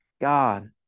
God